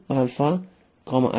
ಆದ್ದರಿಂದ